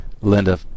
Linda